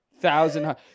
Thousand